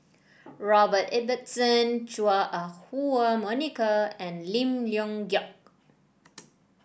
Robert Ibbetson Chua Ah Huwa Monica and Lim Leong Geok